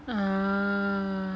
ah